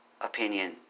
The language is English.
Opinion